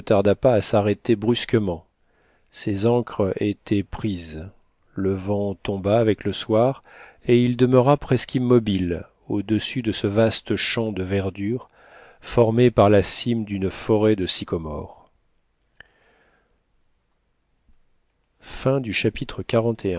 à s'arrêter brusquement ses ancres étaient prises le vent tomba avec le soir et il demeura presque immobile au-dessus de ce vaste champ de verdure formé par la cime d'une forêt de sycomores chapitre